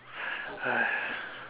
!aiya!